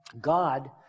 God